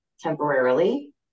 temporarily